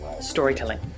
storytelling